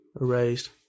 erased